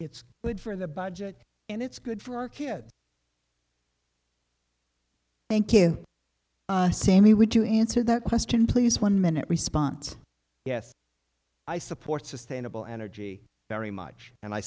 it's good for the budget and it's good for our kids thank you say me would you answer that question please one minute response yes i support sustainable energy very much and i